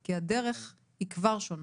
כי הדרך היא כבר שונה.